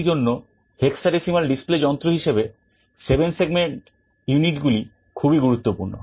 সেই জন্য hexadecimal display যন্ত্র হিসেবে 7 সেগমেন্ট ইউনিটগুলি খুবই গুরুত্বপূর্ণ